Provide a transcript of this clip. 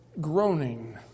groaning